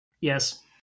Yes